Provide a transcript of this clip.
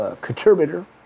contributor